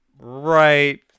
Right